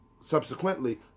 Subsequently